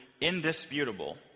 indisputable